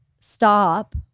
stop